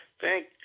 Thank